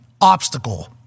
obstacle